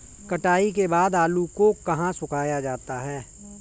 कटाई के बाद आलू को कहाँ सुखाया जाता है?